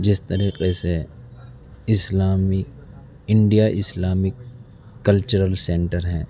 جس طریقے سے اسلامی انڈیا اسلامک کلچرل سینٹر ہے